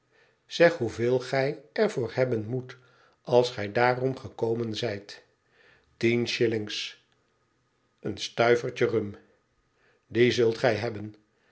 zeg hoeveel gij er voor hebben moet als gij daarom gekomen zijt tien shillings een stuivertje rum die zult gij hebben